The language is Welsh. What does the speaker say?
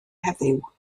heddiw